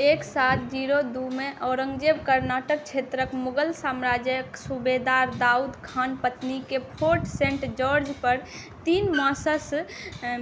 एक सात जीरो दू मे औरंगजेब कर्नाटक क्षेत्रक मुगल साम्राज्यक सुबेदार दाऊद खान पत्नीकेँ फोर्ट सेंट जार्ज पर तीन माससँ